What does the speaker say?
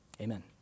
amen